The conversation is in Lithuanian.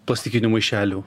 plastikinių maišelių